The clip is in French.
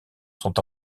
sont